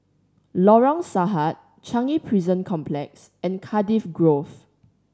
Lorong Sahad Changi Prison Complex and Cardiff Grove